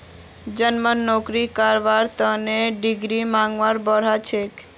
यनमम नौकरी करवार तने डिग्रीर मांगो बढ़ छेक